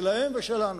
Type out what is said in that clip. שלהם ושלנו.